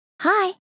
Hi